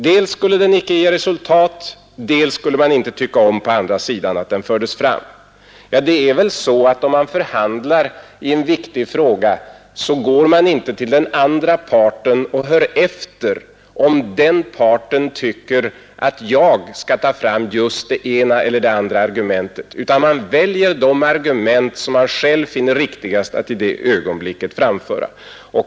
Dels skulle den inte ge resultat, dels skulle man inte på den andra sidan tycka om att den fördes fram. Men vid förhandlingar i en viktig fråga går man väl inte till den andra parten och hör efter om den tycker att man skall föra fram det ena eller det andra argumentet, utan man väljer de argument som man finner riktigast att i ett visst ögonblick framföra.